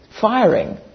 firing